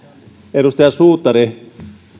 edustaja suutari